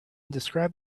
describe